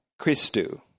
Christu